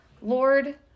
Lord